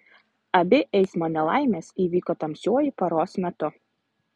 abi eismo nelaimės įvyko tamsiuoju paros metu